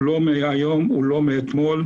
הוא לא מהיום ולא מאתמול,